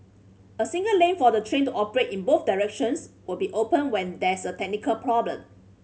a single lane for the train to operate in both directions will be open when there is a technical problem